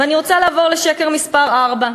אני רוצה לעבור לשקר מספר ארבע: